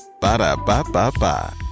Ba-da-ba-ba-ba